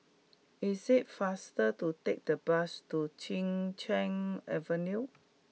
is it faster to take the bus to Chin Cheng Avenue